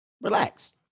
Relax